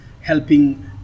helping